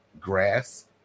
grass